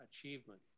achievement